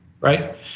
right